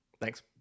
Thanks